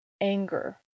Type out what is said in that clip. Anger